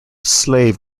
slave